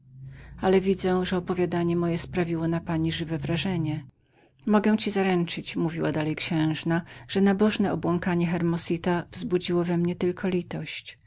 ale widzę że opowiadanie moje sprawiło na pani żywe wrażenie mogę ci zaręczyć mówiła dalej księżna że obłąkanie hermosita wzbudziło tylko litość